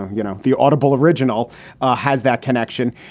you know, the audible original has that connection.